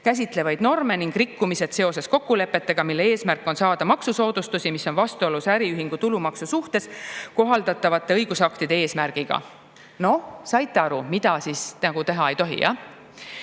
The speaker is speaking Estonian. käsitlevaid norme, ning rikkumised seoses kokkulepetega, mille eesmärk on saada maksusoodustusi, mis on vastuolus äriühingu tulumaksu suhtes kohaldatavate õigusaktide eesmärgiga." Noh, kas saite aru, mida teha ei tohi?